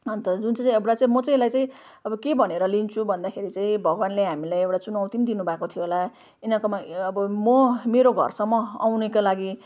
अन्त जुन चाहिँ चाहिँ म चाहिँ एल्लाई चाहिँ अब के भनेर लिन्छु भन्दाखेरि चाहिँ भगवान्ले हामीलाई एउटा चुनौति पनि दिनुभएको थियो होला यिनीहरूकोमा यो अब म मेरो घरसम्म आउनका लागि